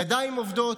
ידיים עובדות,